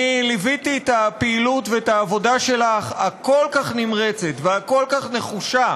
אני ליוויתי את הפעילות ואת העבודה שלך הנמרצת כל כך והנחושה